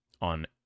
on